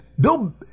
Bill